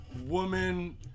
woman